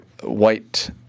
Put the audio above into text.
white